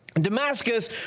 Damascus